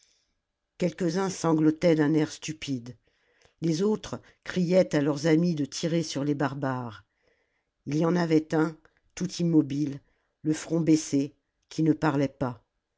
quelques-uns sanglotaient d'un air stupide les autres criaient à leurs amis de tirer sur les barbares il y en avait un tout immobile le front baissé qui ne parlait pas